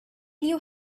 you